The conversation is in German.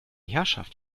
herrschaft